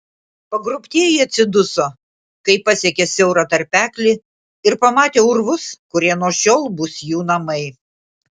pagrobtieji atsiduso kai pasiekė siaurą tarpeklį ir pamatė urvus kurie nuo šiol bus jų namai